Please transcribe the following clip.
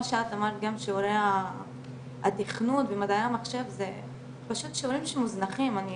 שאת אמרת גם שיעורי התכנון ומדעי המחשב זה פשוט שיעורים שמוזנחים אני